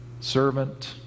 servant